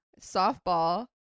softball